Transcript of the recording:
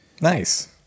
Nice